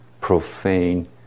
profane